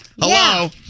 Hello